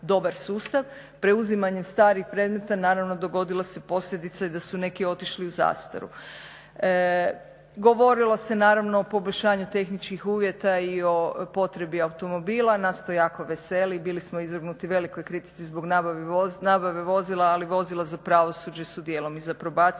dobar sustav. Preuzimanjem starih predmeta naravno dogodilo se, posljedica je da su neki otišli u zastaru. Govorilo se naravno o poboljšanju tehničkih uvjeta i o potrebi automobila, nas to jako veseli, bili smo izvrgnuti velikoj kritici zbog nabave vozila ali vozila za pravosuđe su dijelom i za probaciju